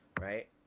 right